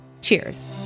Cheers